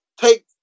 take